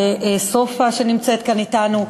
וסופה שנמצאת כאן אתנו,